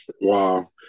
wow